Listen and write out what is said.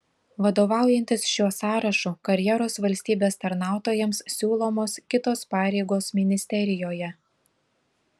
vadovaujantis šiuo sąrašu karjeros valstybės tarnautojams siūlomos kitos pareigos ministerijoje